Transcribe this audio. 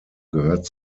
gehört